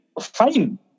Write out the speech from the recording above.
fine